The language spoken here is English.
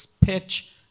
pitch